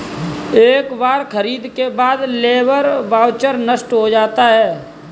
एक बार खरीद के बाद लेबर वाउचर नष्ट हो जाता है